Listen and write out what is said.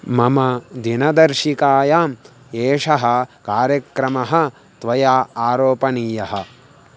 मम दिनदर्शिकायाम् एषः कार्यक्रमः त्वया आरोपणीयः